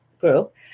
group